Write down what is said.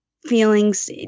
feelings